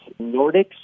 Nordics